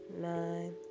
nine